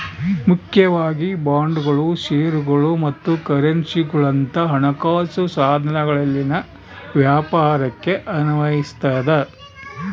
ಮುಖ್ಯವಾಗಿ ಬಾಂಡ್ಗಳು ಷೇರುಗಳು ಮತ್ತು ಕರೆನ್ಸಿಗುಳಂತ ಹಣಕಾಸು ಸಾಧನಗಳಲ್ಲಿನ ವ್ಯಾಪಾರಕ್ಕೆ ಅನ್ವಯಿಸತದ